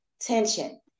tension